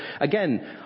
again